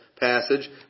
passage